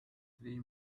three